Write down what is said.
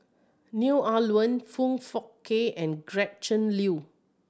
Neo Ah Luan Foong Fook Kay and Gretchen Liu